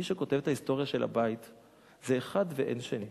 מי שכותב את ההיסטוריה של הבית זה אחד ואין שני.